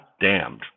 damned